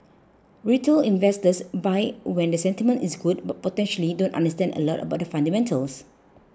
retail investors buy when the sentiment is good but potentially don't understand a lot about the fundamentals